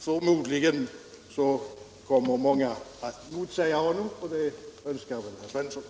Förmodligen kommer många att motsäga honom, och det önskar väl herr Svensson.